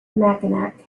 mackinac